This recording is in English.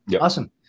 awesome